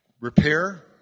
repair